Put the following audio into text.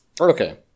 Okay